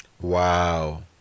Wow